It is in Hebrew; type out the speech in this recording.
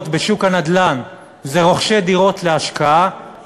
בשוק הנדל"ן הם רוכשי דירות להשקעה,